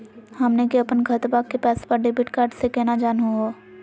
हमनी के अपन खतवा के पैसवा डेबिट कार्ड से केना जानहु हो?